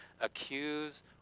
accuse